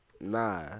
Nah